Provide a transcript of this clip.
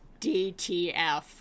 DTF